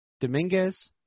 Dominguez